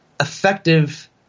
effective